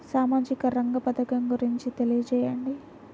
సామాజిక రంగ పథకం గురించి తెలియచేయండి?